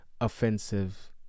offensive